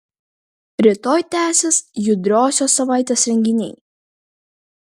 rytoj tęsis judriosios savaitės renginiai